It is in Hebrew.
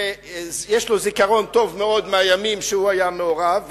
שיש לו זיכרון טוב מאוד מהימים שהוא היה מעורב,